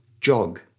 Jog